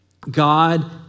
God